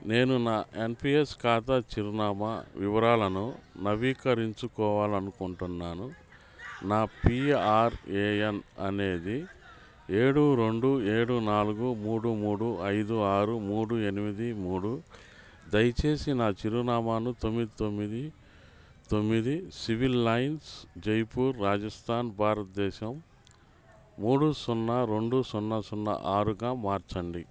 నేను నా ఎన్పిఎస్ ఖాతా చిరునామా వివరాలను నవీకరించుకోవాలి అనుకుంటున్నాను నా పిఆర్ఏఎన్ అనేది ఏడు రెండు ఏడు నాలుగు మూడు మూడు ఐదు ఆరు మూడు ఎనిమిది మూడు దయచేసి నా చిరునామాను తొమ్మిది తొమ్మిది తొమ్మిది సివిల్ లైన్స్ జైపూర్ రాజస్థాన్ భారత్దేశం మూడు సున్నా రెండు సున్నా సున్నా ఆరుగా మార్చండి